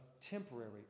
temporary